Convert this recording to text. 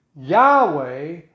Yahweh